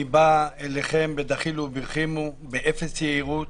אני בא אליכם בדחילו ורחימו, באפס יהירות,